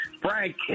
Frank